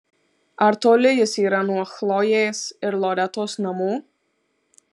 ar toli jis yra nuo chlojės ir loretos namų